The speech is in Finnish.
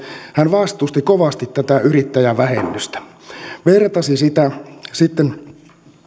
hän vastusti kovasti tätä yrittäjävähennystä ja vertasi sitä